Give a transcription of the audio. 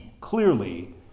Clearly